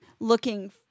Looking